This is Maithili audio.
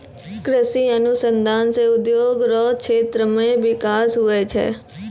कृषि अनुसंधान से उद्योग रो क्षेत्र मे बिकास हुवै छै